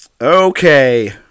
Okay